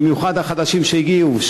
במיוחד החדשים שהגיעו,